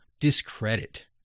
discredit